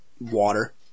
water